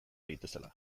daitezela